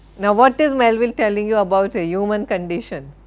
now what is melville telling you about human condition?